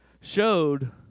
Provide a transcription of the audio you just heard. showed